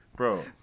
bro